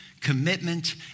commitment